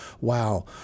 Wow